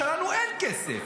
כשלנו אין כסף.